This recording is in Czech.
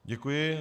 Děkuji.